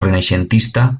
renaixentista